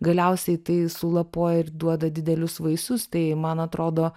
galiausiai tai sulapuoja ir duoda didelius vaisius tai man atrodo